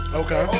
okay